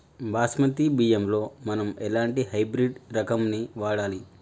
బాస్మతి బియ్యంలో మనం ఎలాంటి హైబ్రిడ్ రకం ని వాడాలి?